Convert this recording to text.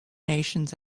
nations